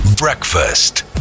Breakfast